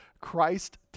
Christ